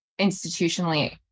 institutionally